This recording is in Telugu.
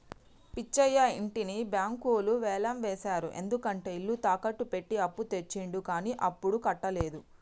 పిచ్చయ్య ఇంటిని బ్యాంకులు వేలం వేశారు ఎందుకంటే ఇల్లు తాకట్టు పెట్టి అప్పు తెచ్చిండు కానీ అప్పుడు కట్టలేదు